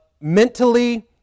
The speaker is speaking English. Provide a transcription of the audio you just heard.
mentally